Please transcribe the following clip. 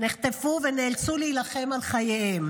נחטפו ונאלצו להילחם על חייהם,